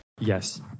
Yes